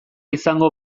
izango